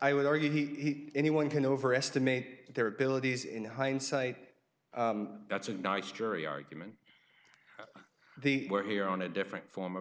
i would argue he anyone can overestimate their abilities in hindsight that's a nice jury argument the we're here on a different form of